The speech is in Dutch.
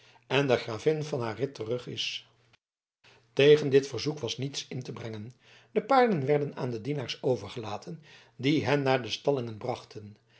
en de gravin van haar rit terug is tegen dit verzoek was niets in te brengen de paarden werden aan de dienaars overgelaten die hen naar de stallingen brachten